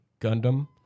Gundam